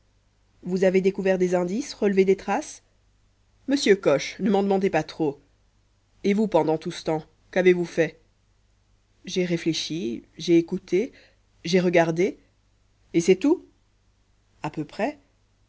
vous avez découvert des indices relevé des traces monsieur coche ne m'en demandez pas trop et vous pendant tout ce temps qu'avez-vous fait j'ai réfléchi j'ai écouté j'ai regardé et c'est tout à peu près